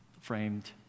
framed